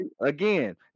Again